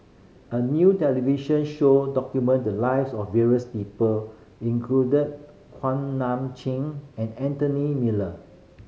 a new television show document the lives of various people included Kuak Nam Jin and Anthony Miller